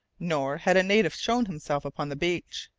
nor had a native shown himself upon the beach.